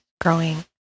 growing